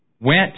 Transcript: went